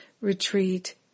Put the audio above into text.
Retreat